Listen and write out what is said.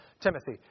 Timothy